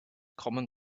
common